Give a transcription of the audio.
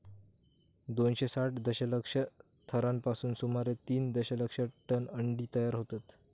दोनशे साठ दशलक्ष थरांपासून सुमारे तीन दशलक्ष टन अंडी तयार होतत